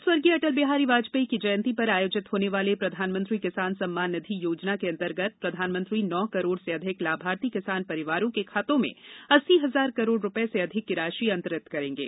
आज स्वर्गीय अटल बिहारी वाजपेयी की जयंती पर आयोजित होने वाले प्रधानमंत्री किसान सम्मान निधि योजना के अंतर्गत प्रधानमंत्री नौ करोड से अधिक लाभार्थी किसान परिवारों के खातों में अस्सी हजार करोड रुपये से अधिक राशि अंतरित करेंगे